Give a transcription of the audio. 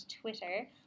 Twitter